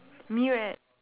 me right